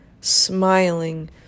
smiling